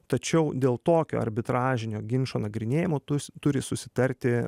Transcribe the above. tačiau dėl tokio arbitražinio ginčo nagrinėjimo tu turi susitarti